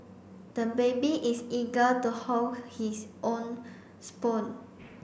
the baby is eager to hold his own spoon